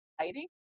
Exciting